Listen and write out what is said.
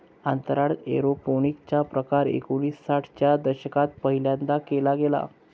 अंतराळात एरोपोनिक्स चा प्रकार एकोणिसाठ च्या दशकात पहिल्यांदा केला गेला